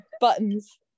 Buttons